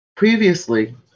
Previously